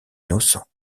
innocents